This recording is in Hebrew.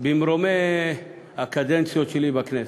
ממרומי הקדנציות שלי בכנסת,